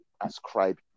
ascribe